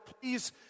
please